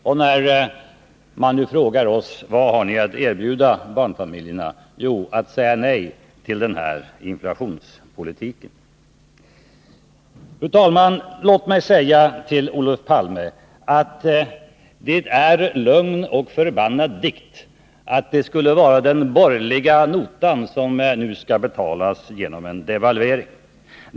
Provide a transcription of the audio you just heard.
Och när man nu frågar oss vad vi har att erbjuda barnfamiljerna svarar vi: Att säga nej till den här inflationspolitiken. Fru talman! Låt mig säga till Olof Palme att det är lögn och förbannad dikt att det skulle vara den borgerliga notan som nu skall betalas genom devalveringen.